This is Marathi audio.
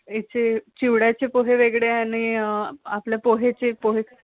याचे चिवड्याचे पोहे वेगळे आणि आपल्या पोहेचे पोहे